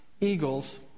eagles